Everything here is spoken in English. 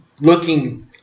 looking